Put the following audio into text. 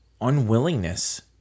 unwillingness